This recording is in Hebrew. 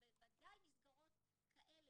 ובוודאי מסגרות כאלה,